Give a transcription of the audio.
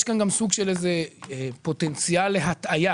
יש כאן גם סוג של איזה פוטנציאל להטעיה,